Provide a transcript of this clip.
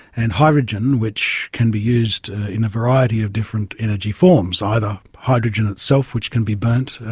and hydrogen which can be used in a variety of different energy forms, either hydrogen itself which can be burnt,